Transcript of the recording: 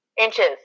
Inches